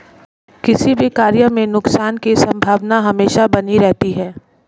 किसी भी कार्य में नुकसान की संभावना हमेशा बनी रहती है